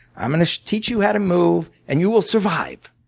i'm gonna teach you how to move and you will survive.